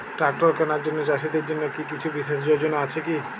Tractor কেনার জন্য চাষীদের জন্য কী কিছু বিশেষ যোজনা আছে কি?